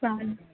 चालेल